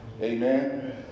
amen